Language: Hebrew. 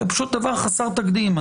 זה דבר חסר תקדים.